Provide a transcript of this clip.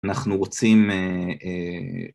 ‫אנחנו רוצים...